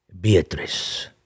Beatrice